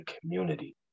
community